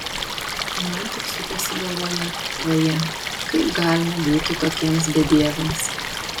o man tik sukosi galvoje vaje kaip galima būti tokiems bedieviams